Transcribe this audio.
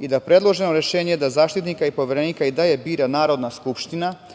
i da predloženo rešenje da Zaštitnika i Poverenika i dalje bira Narodna skupština,